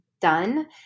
done